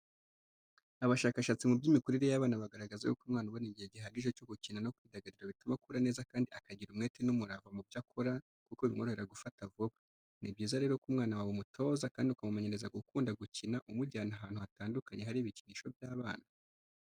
Abashakashatsi mu by'imikurire y'abana bagaragaza y'uko umwana ubona igihe gihagije cyo gukina no kwidagadura bituma akura neza kandi akagira umwete n'umurava mu byo akora kuko bimworohera gufata vuba , ni byiza rero ko umwana wawe umutoza kandi ukamumenyereza gukunda gukina umujyana ahantu hatandukanye hari ibikinisho by'abana.